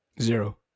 Zero